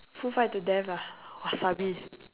food fight to death ah wasabi